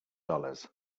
dollars